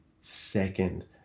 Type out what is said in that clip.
second